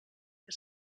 que